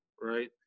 Right